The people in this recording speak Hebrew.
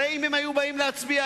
הרי אם היו באים להצביע,